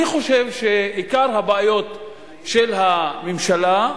אני חושב שעיקר הבעיות של הממשלה,